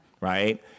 right